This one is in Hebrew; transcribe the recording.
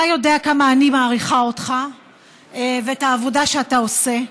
אתה יודע כמה אני מעריכה אותך ואת העבודה שאתה עושה,